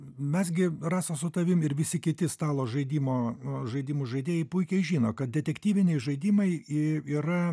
mes gi rasa su tavim ir visi kiti stalo žaidimo žaidimų žaidėjai puikiai žino kad detektyviniai žaidimai i yra